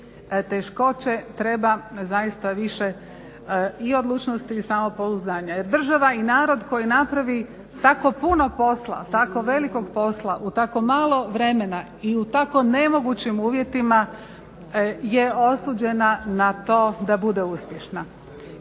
teškoće treba zaista više i odlučnosti i samopouzdanja. Država i narod koji napravi tako puno posla, tako velikog posla u tako malo vremena i tako nemogućim uvjetima je osuđena na to da bude uspješna.